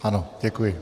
Ano, děkuji.